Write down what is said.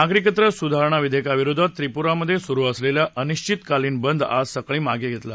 नागरिकत्व सुधारणा विधेयकाविरोधात त्रिपुरामध्ये सुरू असलेला अनिश्वितकालीन बंद आज सकाळी मागे घेतला